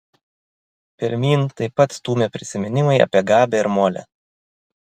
pirmyn taip pat stūmė prisiminimai apie gabę ir molę